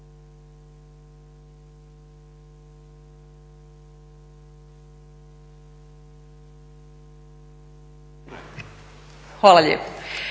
Hvala lijepo.